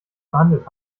behandelt